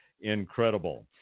incredible